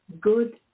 good